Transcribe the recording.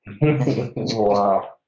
Wow